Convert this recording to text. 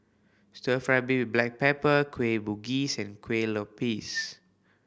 Stir Fry beef black pepper Kueh Bugis and kue lupis